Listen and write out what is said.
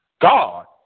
God